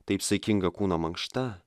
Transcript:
taip saikinga kūno mankšta